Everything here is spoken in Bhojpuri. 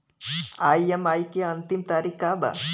ई.एम.आई के अंतिम तारीख का बा?